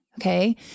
Okay